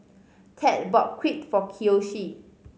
Ted bought Crepe for Kiyoshi